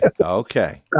Okay